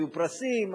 היו פרסים,